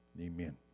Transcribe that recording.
Amen